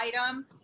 item